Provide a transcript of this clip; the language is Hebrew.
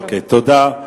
אוקיי, תודה.